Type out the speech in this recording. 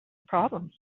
problem